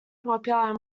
popular